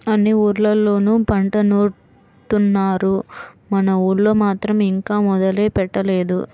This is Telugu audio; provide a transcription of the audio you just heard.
అన్ని ఊర్లళ్ళోనూ పంట నూరుత్తున్నారు, మన ఊళ్ళో మాత్రం ఇంకా మొదలే పెట్టలేదు